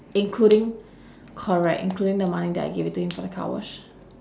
including correct including the money that I give it to him for the car wash